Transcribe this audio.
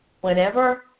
whenever